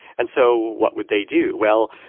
and so what would they do? well,